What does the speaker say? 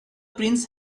prince